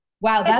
Wow